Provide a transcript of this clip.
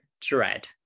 dread